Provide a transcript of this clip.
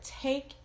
take